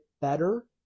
better